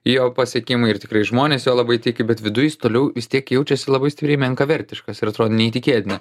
jo pasiekimai ir tikrai žmonės juo labai tiki bet viduj jis toliau vis tiek jaučiasi labai stipriai menkavertiškas ir atrodė neįtikėtina